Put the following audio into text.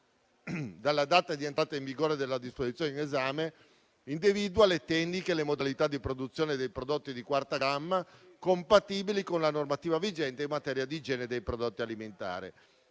dalla data di entrata in vigore della disposizione in esame, individua le tecniche e le modalità di produzione dei prodotti di quarta gamma compatibili con la normativa vigente in materia di igiene dei prodotti alimentari.